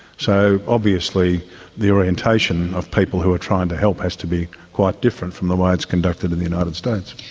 so obviously the orientation of people who are trying to help has to be quite different from the way it is conducted in the united states,